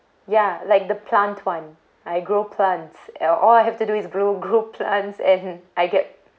ya like the plant one I grow plants and all I have to do is grow grow plants and I get